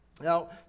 Now